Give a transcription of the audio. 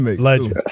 legend